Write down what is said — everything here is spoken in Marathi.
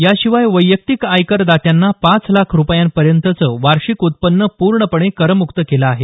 याशिवाय वैयक्तिक आयकर दात्यांना पाच लाख रुपयांपर्यंतचं वार्षिक उत्पन्न पूर्णपणे करम्क्त केलं आहे